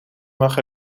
mag